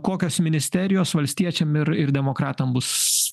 kokios ministerijos valstiečiam ir ir demokratam bus